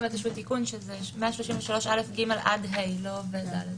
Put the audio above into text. תיקון זה 133א(ג) עד (ה).